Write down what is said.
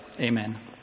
amen